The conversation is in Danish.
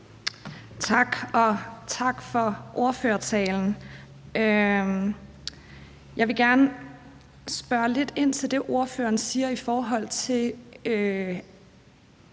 Tak. Og tak for ordførertalen. Jeg vil gerne spørge lidt ind til det, ordføreren siger i talen,